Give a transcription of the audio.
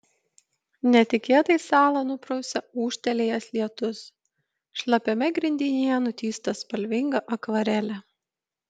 netikėtai salą nuprausia ūžtelėjęs lietus šlapiame grindinyje nutįsta spalvinga akvarelė